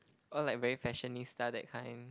all like very fashionista that kind